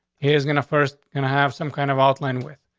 he is gonna first gonna have some kind of outline with.